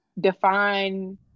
define